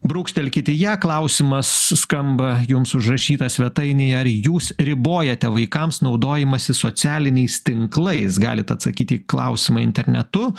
brūkštelkit į ją klausimas skamba jums užrašyta svetainėje ar jūs ribojate vaikams naudojimąsi socialiniais tinklais galit atsakyti į klausimą internetu